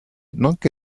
nonché